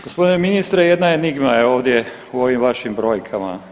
Gospodine ministre jedna enigma je ovdje u ovim vašim brojkama.